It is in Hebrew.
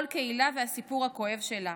כל קהילה והסיפור הכואב שלה: